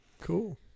Cool